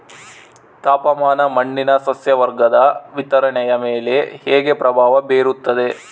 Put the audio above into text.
ತಾಪಮಾನ ಮಣ್ಣಿನ ಸಸ್ಯವರ್ಗದ ವಿತರಣೆಯ ಮೇಲೆ ಹೇಗೆ ಪ್ರಭಾವ ಬೇರುತ್ತದೆ?